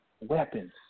Weapons